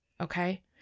okay